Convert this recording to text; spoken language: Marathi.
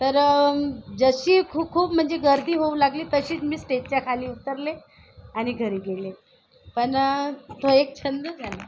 तर जशी खूप खूप म्हणजे गर्दी होऊ लागली तशीच मी स्टेजच्या खाली उतरले आणि घरी गेले पण तो एक छंद झाला